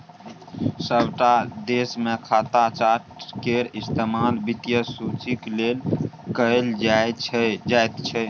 सभटा देशमे खाता चार्ट केर इस्तेमाल वित्तीय सूचीक लेल कैल जाइत छै